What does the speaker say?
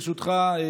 ברשותך,